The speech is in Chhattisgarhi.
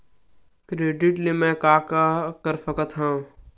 क्रेडिट ले मैं का का कर सकत हंव?